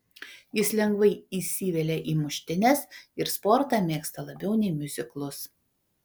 jis lengvai įsivelia į muštynes ir sportą mėgsta labiau nei miuziklus